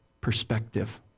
perspective